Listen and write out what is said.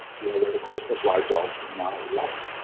you know, where the christmas rides all walden's